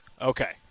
Okay